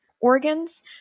Organs